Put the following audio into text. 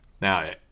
now